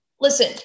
listen